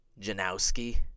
Janowski